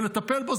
ולטפל בו.